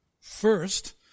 First